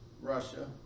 Russia